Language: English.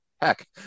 Heck